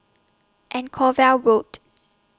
Anchorvale Road